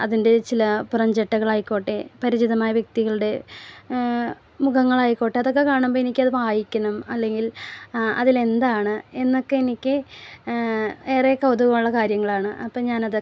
അതിൻ്റെ ചില പുറംചിട്ടകളായിക്കോട്ടെ പരിചിതമായ വ്യക്തികളുടെ മുഖങ്ങളായിക്കോട്ടെ അതൊക്കെ കാണുമ്പോൾ എനിക്ക് അത് വായിക്കണം അല്ലെങ്കിൽ അതിൽ എന്താണ് എന്നൊക്കെ എനിക്ക് ഏറെ കൗതുകമുള്ള കാര്യങ്ങളാണ് അപ്പോൾ ഞാൻ അതൊക്കെ